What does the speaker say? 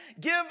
give